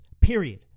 period